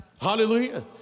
hallelujah